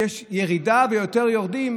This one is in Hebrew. שיש ירידה ויותר יורדים.